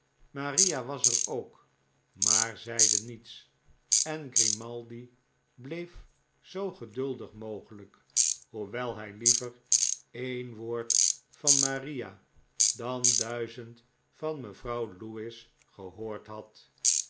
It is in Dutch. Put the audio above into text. maria was er ook maar zeide niets en grimaldi bleef zoo geduldig mogelijk hoewel hij liever ee'n woord van maria dan duizend van mevrouw lewis gehoord had